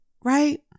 right